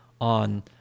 on